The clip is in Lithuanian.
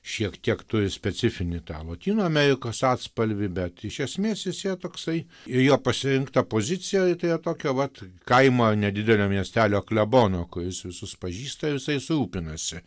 šiek tiek turi specifinį italų kino amerikos atspalvį bet iš esmės jis yra toksai ir jo pasirinktą poziciją tai yra tokio vat kaimą nedidelio miestelio klebono kuris visus pažįsta visais rūpinasi